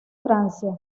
francia